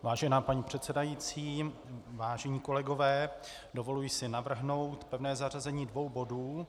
Vážená paní předsedající, vážení kolegové, dovoluji si navrhnout pevné zařazení dvou bodů.